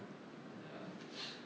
ya